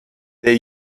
they